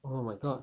oh my god